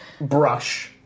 brush